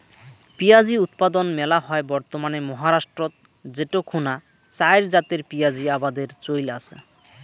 পিঁয়াজী উৎপাদন মেলা হয় বর্তমানে মহারাষ্ট্রত যেটো খুনা চাইর জাতের পিয়াঁজী আবাদের চইল আচে